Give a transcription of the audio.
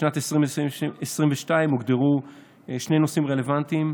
לשנת 2022 הוגדרו שני נושאים רלוונטיים: